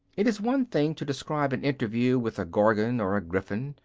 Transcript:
it is one thing to describe an interview with a gorgon or a griffin,